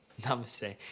Namaste